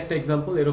example